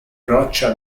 roccia